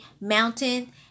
mountain